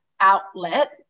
outlet